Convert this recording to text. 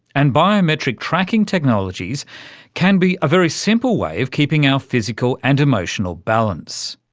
and biometric-tracking technologies can be a very simple way of keeping our physical and emotional balance.